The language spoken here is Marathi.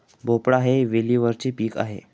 भोपळा हे वेलीवरचे पीक आहे